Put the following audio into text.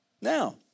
Now